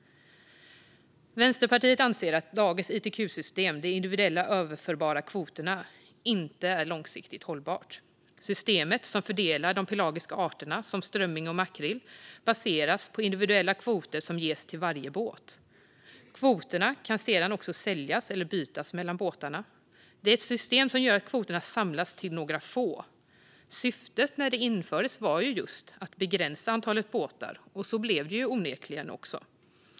Vänsterpartiet anser att dagens ITQ-system, de individuella överförbara kvoterna, inte är långsiktigt hållbart. Systemet som fördelar de pelagiska arterna, som strömming och makrill, baseras på individuella kvoter som ges till varje båt. Kvoterna kan sedan också säljas eller bytas mellan båtarna. Det är ett system som gör att kvoterna samlas hos några få. Syftet när det infördes var just att begränsa antalet båtar, och så blev det onekligen också.